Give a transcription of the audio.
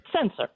Censor